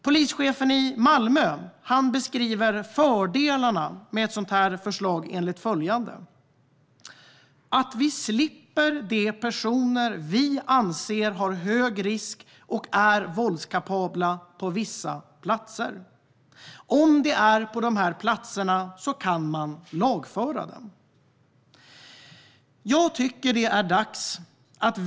Polischefen i Malmö beskriver fördelarna med ett sådant här förslag som att "vi slipper de personer vi anser har hög risk och är våldskapabla på vissa platser. Om de är på de här platserna så kan man lagföra dem."